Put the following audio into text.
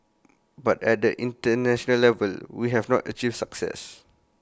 but at the International level we have not achieved success